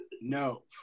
No